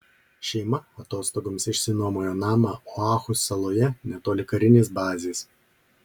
šeima atostogoms išsinuomojo namą oahu saloje netoli karinės bazės